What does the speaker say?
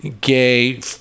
gay